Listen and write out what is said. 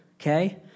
okay